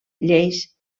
lleis